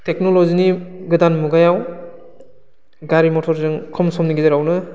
टेकनलजिनि गोदान मुगायाव गारि मथरजों खम समनि गेजेरावनो